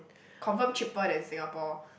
confirm cheaper than Singapore